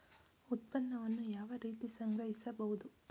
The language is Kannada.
ಉತ್ಪನ್ನವನ್ನು ಯಾವ ರೀತಿ ಸಂಗ್ರಹಿಸಬಹುದು?